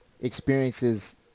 experiences